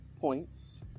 points